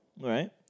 right